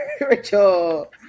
Rachel